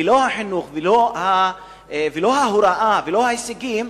ולא החינוך ולא ההוראה ולא ההישגים,